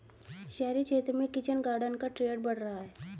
शहरी क्षेत्र में किचन गार्डन का ट्रेंड बढ़ रहा है